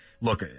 Look